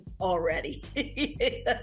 already